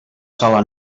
sola